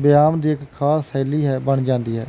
ਬਿਆਨ ਦੀ ਇੱਕ ਖਾਸ ਸ਼ੈਲੀ ਹੈ ਬਣ ਜਾਂਦੀ ਹੈ